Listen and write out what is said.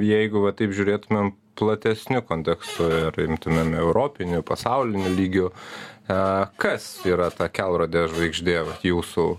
jeigu va taip žiūrėtumėm platesniu kontekstu ir imtumėm europinį pasauliniu lygiu a kas yra ta kelrodė žvaigždė jūsų